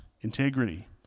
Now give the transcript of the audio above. integrity